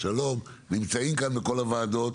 שלום מירה ונמצאים כאן מכל הוועדות,